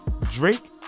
drake